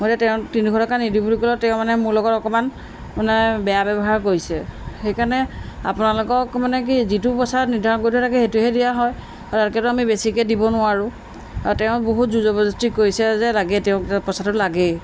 মই তেওঁক তিনিশ টকা নিদো বুলি ক'লোঁ তেওঁ মানে মোৰ লগত অকণমান মানে বেয়া ব্যৱহাৰ কৰিছে সেইকাৰণে আপোনালোকক মানে কি যিটো পইচা নিৰ্ধাৰণ কৰি থৈ দিয়া থাকে সেইটোহে দিয়া হয় আৰু তাতকেতো আমি বেছিকৈ দিব নোৱাৰোঁ তেওঁ বহুত জোৰ জবৰদস্তি কৰিছে যে লাগে তেওঁক পইচাটো লাগেই